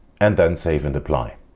and then save and apply.